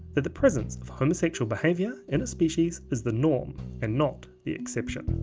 that the presence homosexual behavior in a species is the norm and not the exception!